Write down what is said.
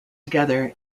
together